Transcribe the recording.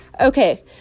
Okay